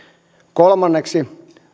kolmanneksi